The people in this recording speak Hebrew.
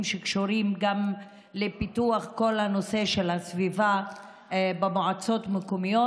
שקשורים לפיתוח כל נושא הסביבה במועצות מקומיות.